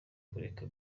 kureka